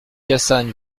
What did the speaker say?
cassagne